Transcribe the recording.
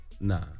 Nah